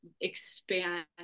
expand